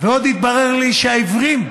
ועוד התברר לי שהעיוורים,